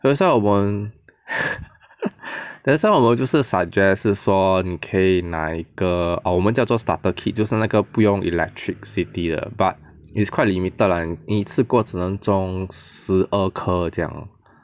that's why 我 that's why 我就是 suggest 就是说你可以买一个我们叫做 starter kit 就是那个不用 electricity 的 but is quite limited lah 你一次过只能种十二棵这样